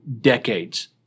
decades